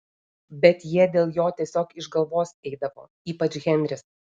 bet jie dėl jo tiesiog iš galvos eidavo ypač henris